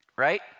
right